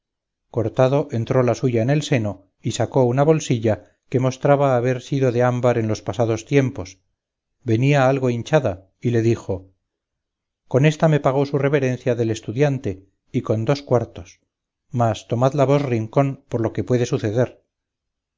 cortado entró la suya en el seno y sacó una bolsilla que mostraba haber sido de ámbar en los pasados tiempos venía algo hinchada y dijo con ésta me pagó su reverencia del estudiante y con dos cuartos mas tomadla vos rincón por lo que puede suceder